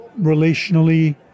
relationally